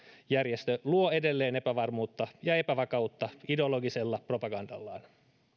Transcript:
järjestö luo edelleen epävarmuutta ja epävakautta ideologisella propagandallaan